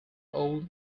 old